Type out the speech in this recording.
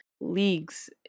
leagues